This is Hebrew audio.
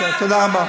תודה רבה.